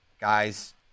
guys